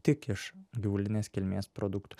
tik iš gyvulinės kilmės produktų